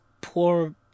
poor